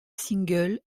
single